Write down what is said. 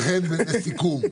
לסיכום,